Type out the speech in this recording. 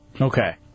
Okay